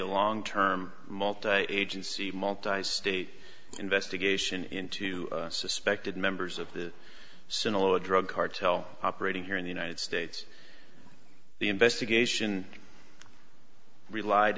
long term multi agency multi state investigation into suspected members of the sinhala drug cartel operating here in the united states the investigation relied